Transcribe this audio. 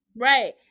Right